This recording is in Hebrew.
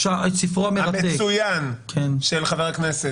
אני כן אגיד אבל שוועדת הכלכלה